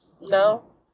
No